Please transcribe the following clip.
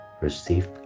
received